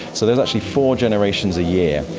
so there's actually four generations a year.